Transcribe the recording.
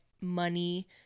money